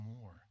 more